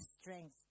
strength